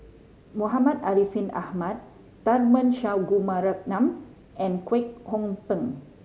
Muhammad Ariff Ahmad Tharman Shanmugaratnam and Kwek Hong Png